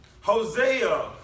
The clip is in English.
Hosea